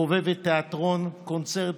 חובבת תיאטרון, קונצרטים,